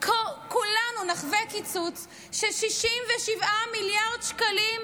כולנו נחווה קיצוץ של 67 מיליארד שקלים סתם,